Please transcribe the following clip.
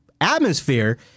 atmosphere